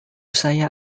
saya